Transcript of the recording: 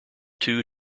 two